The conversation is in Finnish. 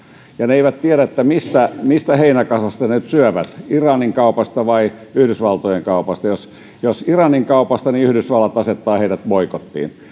ja ne eivät tiedä mistä mistä heinäkasasta ne syövät iranin kaupasta vai yhdysvaltojen kaupasta jos jos iranin kaupasta niin yhdysvallat asettaa heidät boikottiin